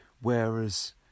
whereas